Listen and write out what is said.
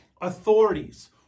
authorities